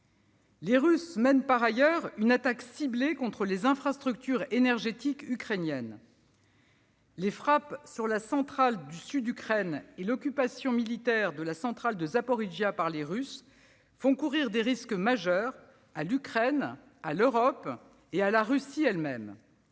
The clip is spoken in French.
Les Russes mènent par ailleurs une attaque ciblée contre les infrastructures énergétiques ukrainiennes. Les frappes sur la centrale de Sud-Ukraine et l'occupation militaire de la centrale de Zaporijia par les Russes font courir des risques majeurs à l'Ukraine, à l'Europe, et à la Russie elle-même.